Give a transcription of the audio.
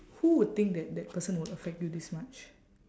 who would think that that person would affect you this much